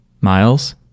Miles